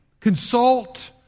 consult